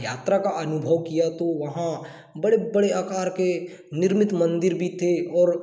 यात्रा का अनुभव किया तो वहाँ बड़े बड़े आकार के निर्मित मंदिर भी थे और